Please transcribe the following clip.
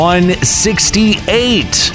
168